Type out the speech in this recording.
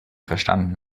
verstanden